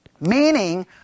Meaning